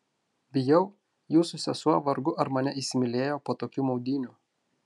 bijau jūsų sesuo vargu ar mane įsimylėjo po tokių maudynių